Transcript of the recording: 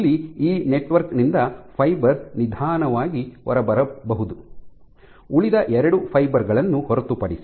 ಅಲ್ಲಿ ಈ ನೆಟ್ವರ್ಕ್ ನಿಂದ ಫೈಬರ್ ನಿಧಾನವಾಗಿ ಹೊರಬರಬಹುದು ಉಳಿದ ಎರಡು ಫೈಬರ್ ಗಳನ್ನು ಹೊರತು ಪಡಿಸಿ